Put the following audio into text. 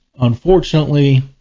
unfortunately